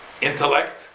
intellect